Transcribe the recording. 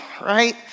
right